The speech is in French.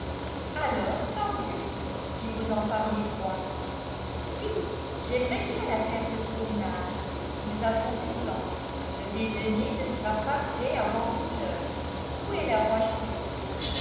alors tant mieux si vous n'en parlez point oui j'aimerais bien à faire cette promenade nous avons du temps le déjeuner ne sera pas près avant huit heures où est la voiture